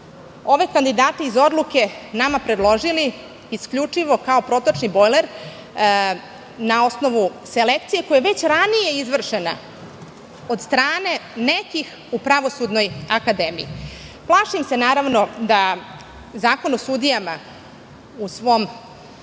ove kandidate iz Odluke nama predložili isključivo kao protočni bojler na osnovu selekcije koja je već ranije izvršena od strane nekih u Pravosudnoj akademiji? Plašim se da Zakon o sudijama u svom